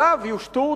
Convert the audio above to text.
עליו יושתו